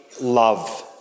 love